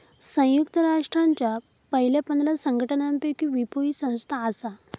संयुक्त राष्ट्रांच्या पयल्या पंधरा संघटनांपैकी विपो ही संस्था आसा